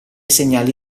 segnali